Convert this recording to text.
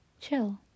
Chill